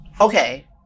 okay